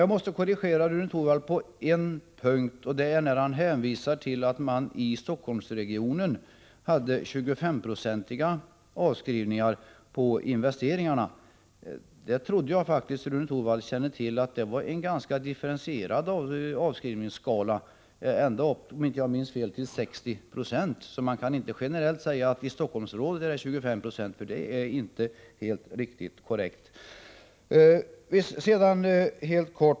Jag måste emellertid korrigera Rune Torwald på en punkt, nämligen när han hänvisar till att man i Stockholmsregionen hade 25-procentiga avskrivningar på investeringarna. Jag trodde faktiskt att Rune Torwald känner till att det var en ganska differentierad avskrivningsskala — ända upp till 60 96, om jag inte minns fel. Man kan därför inte generellt säga att det i Stockholmsområdet är 25 96. Det är inte helt korrekt.